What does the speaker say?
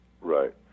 Right